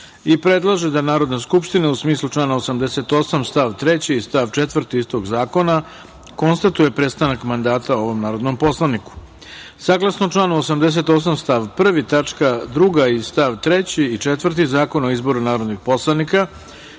i predlaže da Narodna skupština, u smislu člana 88. stav 3. i stav 4. istog zakona, konstatuje prestanak mandata ovom narodnom poslaniku. Saglasno članu 88. stav 1. tačka 2. i st. 3. i 4. Zakon o izboru narodnih poslanika,